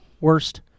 worst